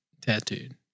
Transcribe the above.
tattooed